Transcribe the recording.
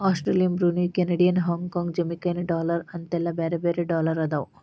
Australian Brunei Canadian Hong Kong Jamaican dollar ಅಂತೆಲ್ಲಾ ಬ್ಯಾರೆ ಬ್ಯಾರೆ ಡಾಲರ್ ಅದಾವ